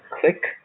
Click